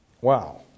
Wow